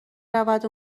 رود